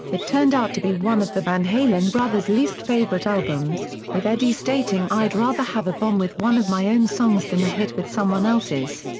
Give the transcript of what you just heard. it turned out to be one of the van halen brothers' least-favorite albums, with eddie stating i'd rather have a bomb with one of my own songs than a hit with someone else's.